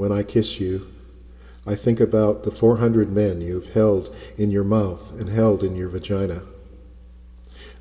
when i kiss you i think about the four hundred men you have held in your mouth and held in your vagina